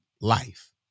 life